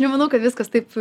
nemanau kad viskas taip